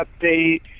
update